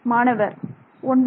மாணவர் 12